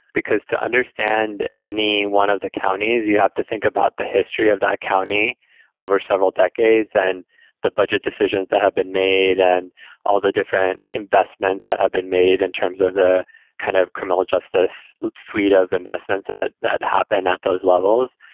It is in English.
because to understand any one of the counties, you have to think about the history of that county over several decades and the budget decisions that have been made and all the different investments that have been made in and terms of the kind of criminal justice suite of investments that that happened at those levels.